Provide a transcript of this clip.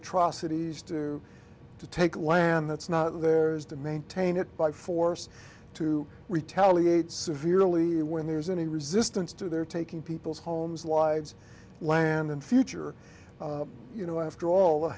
atrocities to take land that's not theirs to maintain it by force to retaliate severely when there's any resistance to their taking people's homes lives land and future you know after all